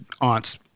aunt's